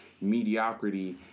mediocrity